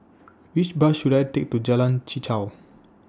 Which Bus should I Take to Jalan Chichau